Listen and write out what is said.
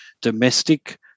domestic